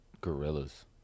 Gorillas